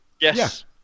Yes